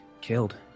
killed